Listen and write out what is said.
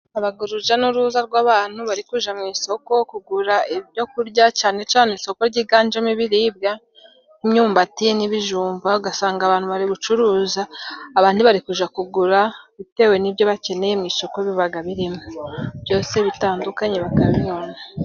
Habaga uruja n'uruza rw'abantu bari kuja mu isoko kugura ibyo kurya cane cane, isoko ryiganjemo ibiribwa nk'imyumbati n'ibijumba. Ugasanga abantu bari gucuruza, abandi bari kuja kugura bitewe n'ibyo bakeneye mu isoko bibaga birimo byose bitandukanye bakabibona.